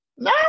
No